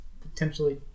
potentially